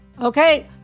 Okay